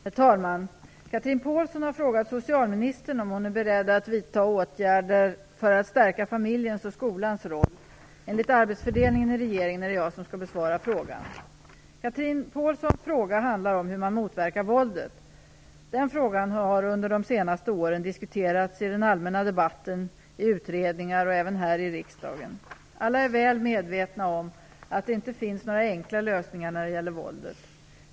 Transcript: Herr talman! Chatrine Pålsson har frågat socialministern om hon är beredd att vidta åtgärder för att stärka familjens och skolans roll. Enligt arbetsfördelningen i regeringen är det jag som skall besvara frågan. Chatrine Pålssons fråga handlar om hur man motverkar våldet. Den frågan har under de senaste åren diskuterats i den allmänna debatten, i utredningar och även här i riksdagen. Alla är väl medvetna om att det inte finns några enkla lösningar när det gäller våldet.